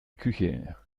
küche